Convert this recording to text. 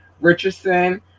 richardson